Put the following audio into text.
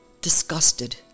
disgusted